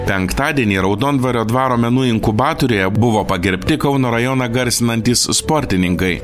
penktadienį raudondvario dvaro menų inkubatoriuje buvo pagerbti kauno rajoną garsinantys sportininkai